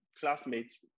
classmates